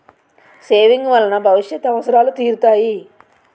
saving వలన భవిష్యత్ అవసరాలు తీరుతాయి